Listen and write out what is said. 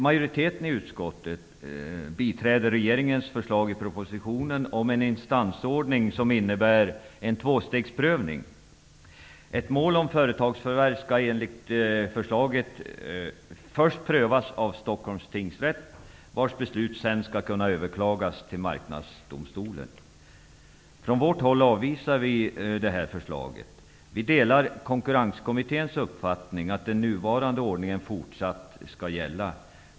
Majoriteten i utskottet biträder regeringens förslag i propositionen om en instansordning som innebär en tvåstegsprövning. Ett mål om företagsförvärv skall enligt förslaget först prövas av Stockholms tingsrätt, vars beslut sedan skall kunna överklagas till Vi socialdemokrater avvisar detta förslag. Vi delar Konkurrenskommitténs uppfattning att den nuvarande ordningen fortsatt skall gälla.